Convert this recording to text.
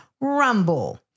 Rumble